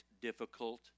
difficult